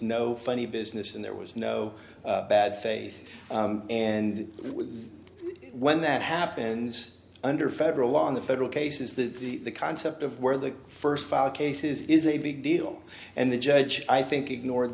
no funny business and there was no bad faith and when that happens under federal law in the federal cases that the concept of where the first cases is a big deal and the judge i think ignore